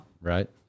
Right